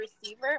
receiver